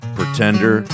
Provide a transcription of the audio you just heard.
Pretender